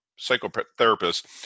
psychotherapist